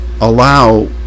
allow